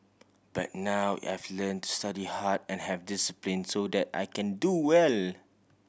but now I've learnt to study hard and have discipline so that I can do well